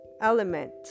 element